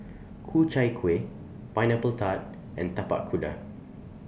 Ku Chai Kueh Pineapple Tart and Tapak Kuda